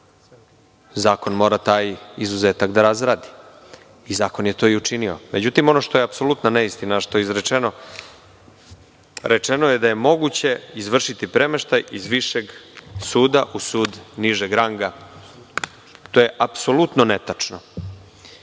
Zakon mora taj izuzetak da razradi. Zakon je to i učinio. Ono što je apsolutna neistina a što je izrečeno – da je moguće izvršiti premeštaj iz višeg suda u sud nižeg ranga. To je apsolutno netačno.